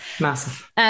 Massive